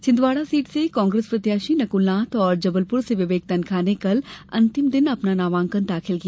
Chhindwara seat से कांग्रेस प्रत्याशी नकुलनाथ और जबलपुर से विवेक तन्खा ने कल अंतिम दिन अपना नामांकन दाखिल किया